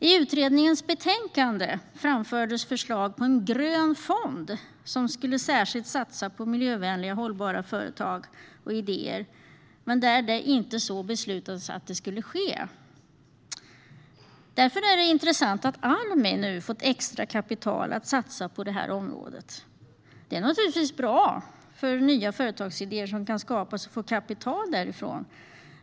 I utredningens betänkande framfördes förslag på en grön fond som skulle satsa särskilt på miljövänliga och hållbara företag. Men det beslutades inte att så skulle ske. Därför är det intressant att Almi nu fått extra kapital att satsa på detta område. Det är naturligtvis bra för nya företagsidéer som kan skapas och få kapital därifrån.